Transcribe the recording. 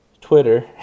Twitter